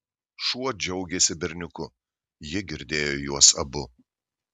šuo džiaugėsi berniuku ji girdėjo juos abu